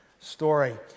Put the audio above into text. story